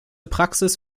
praxis